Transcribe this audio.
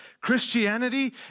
Christianity